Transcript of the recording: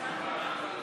יש תוצאות ההצבעה,